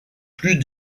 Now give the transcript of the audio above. plus